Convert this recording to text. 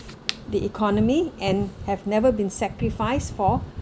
the economy and have never been sacrificed for